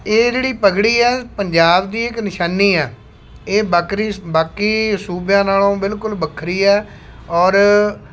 ਇਹ ਜਿਹੜੀ ਪੱਗੜੀ ਹੈ ਪੰਜਾਬ ਦੀ ਇੱਕ ਨਿਸ਼ਾਨੀ ਆ ਇਹ ਬਾਕਰੀ ਬਾਕੀ ਸੂਬਿਆਂ ਨਾਲੋਂ ਬਿਲਕੁਲ ਵੱਖਰੀ ਹੈ ਔਰ